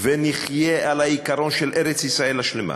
ונחיה על העיקרון של ארץ-ישראל השלמה,